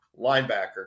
linebacker